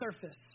surface